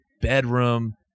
bedroom